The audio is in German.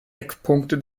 eckpunkte